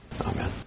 amen